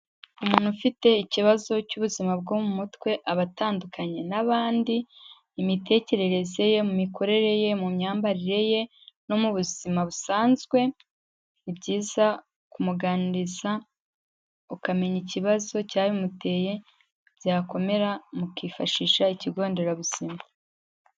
Umuntu ufite ikibazo cy'ubuzima bwo mu mutwe aba atandukanye n'abandi, imitekerereze ye, mu mikorere ye, mu myambarire ye, no mu buzima busanzwe, ni byiza kumuganiriza ukamenya ikibazo cyabimuteye, byakomera mukifashisha ikigo nderabuzima.